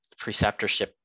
preceptorship